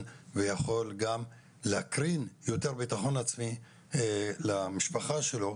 וכך הוא יכול גם להקרין יותר ביטחון עצמי למשפחה שלו,